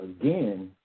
again